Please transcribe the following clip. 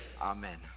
Amen